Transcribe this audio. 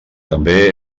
també